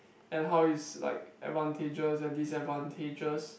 and how is like advantages and disadvantages